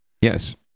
Yes